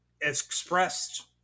expressed